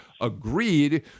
agreed